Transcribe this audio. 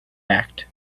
act